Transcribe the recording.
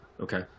Okay